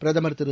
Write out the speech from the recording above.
பிரதமர் திரு